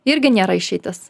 irgi nėra išeitis